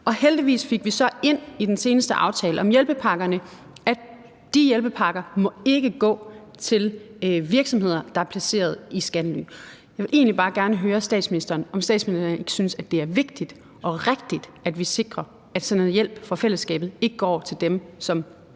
heldigvis fik vi så ind i den seneste aftale om hjælpepakkerne, at de hjælpepakker ikke må gå til virksomheder, der er placeret i skattely. Jeg vil egentlig bare gerne høre statsministeren, om statsministeren ikke synes, at det er vigtigt og rigtigt, at vi sikrer, at sådan noget hjælp fra fællesskabet ikke går til dem, som